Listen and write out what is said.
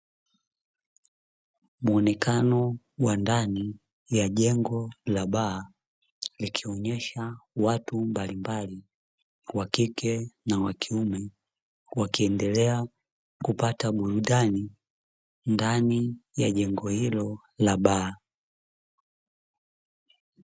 Muonekano wa ndani ya jengo la baa likionyesha watu mbalimbali wakike na wakiume wakiendelea kupata burudani ndani ya jengo hilo la baa.